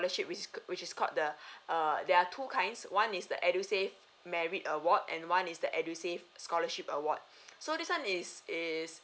ship which is which is called the err there are two kinds one is the edusave merit awards and one is the edusave scholarship award so this one is is